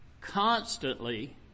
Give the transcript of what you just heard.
constantly